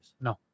no